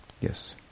Yes